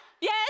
Yes